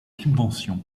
subventions